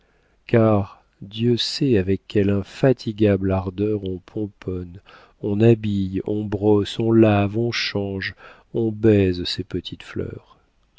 car dieu sait avec quelle infatigable ardeur on pomponne on habille on brosse on lave on change on baise ces petites fleurs